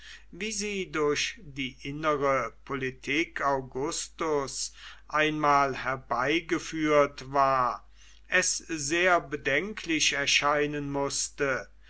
wie sie durch die innere politik augusts einmal herbeigeführt war es sehr bedenklich erscheinen mußte